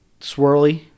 swirly